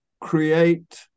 create